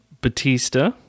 Batista